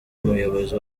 umuyobozi